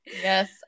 Yes